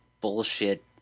bullshit